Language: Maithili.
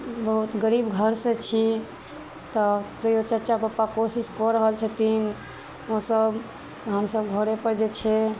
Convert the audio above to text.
बहुत गरीब घर से छी तऽ तैयो चचा पप्पा कोशिश कऽ रहल छथिन ओसब हमसब घरे पर जे छै